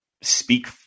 speak